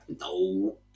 No